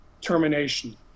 termination